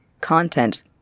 content